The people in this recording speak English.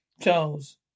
Charles